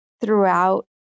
throughout